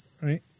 right